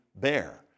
bear